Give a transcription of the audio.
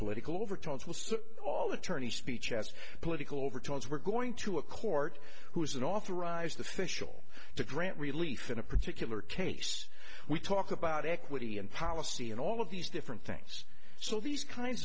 political overtones will see all attorneys speech as political overtones we're going to a court who's an authorized official to grant relief in a particular case we talk about equity and policy and all of these different things so these kinds